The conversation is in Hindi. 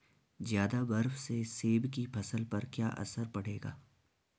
ज़्यादा बर्फ से सेब की फसल पर क्या असर पड़ेगा?